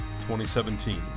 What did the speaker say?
2017